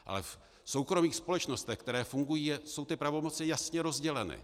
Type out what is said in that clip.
Ale v soukromých společnostech, které fungují, jsou pravomoci jasně rozděleny.